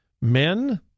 Men